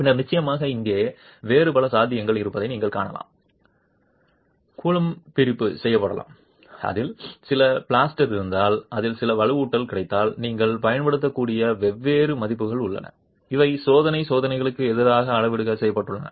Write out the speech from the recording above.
பின்னர் நிச்சயமாக இங்கே வேறு பல சாத்தியங்கள் இருப்பதை நீங்கள் காணலாம் அது கூழ்மப்பிரிப்பு செய்யப்பட்டால் அதில் சில பிளாஸ்டர் இருந்தால் அதில் சில வலுவூட்டல் கிடைத்தால் நீங்கள் பயன்படுத்தக்கூடிய வெவ்வேறு மதிப்புகள் உள்ளன இவை சோதனை சோதனைகளுக்கு எதிராக அளவீடு செய்யப்பட்டுள்ளன